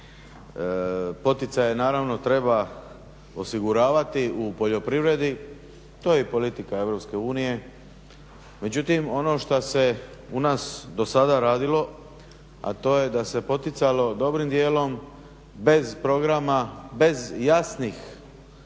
Poticaje naravno treba osiguravati u poljoprivredi, to je i politika Europske unije. Međutim, ono što se u nas do sada radilo a to je da se poticalo dobrim dijelom bez programa, bez jasnih